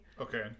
Okay